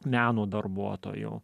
meno darbuotojų